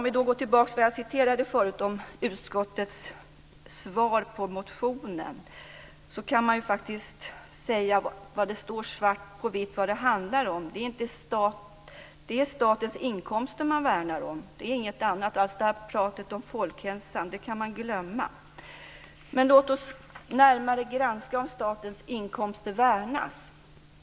Vi går tillbaka till det jag förut läste ur utskottets svar på motionen. Det står faktiskt svart på vitt vad det handlar om. Det är statens inkomster man värnar om. Det är inget annat. Pratet om folkhälsan kan man glömma. Låt oss närmare granska om statens inkomster värnas.